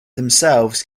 themselves